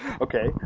Okay